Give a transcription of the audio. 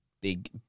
big